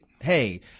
hey